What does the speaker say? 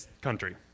country